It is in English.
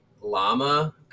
Llama –